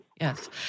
Yes